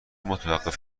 متوقف